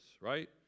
right